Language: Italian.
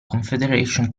confederation